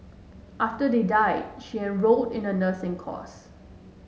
after they died she enrolled in the nursing course